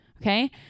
okay